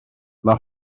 mae